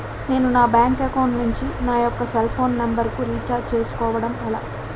నేను నా bank account నుంచి నా యెక్క సెల్ ఫోన్ నంబర్ కు రీఛార్జ్ చేసుకోవడం ఎలా?